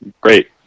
great